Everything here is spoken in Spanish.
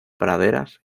praderas